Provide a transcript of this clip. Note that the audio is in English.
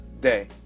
day